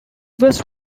was